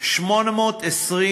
828,